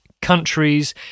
Countries